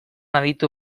aditu